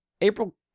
April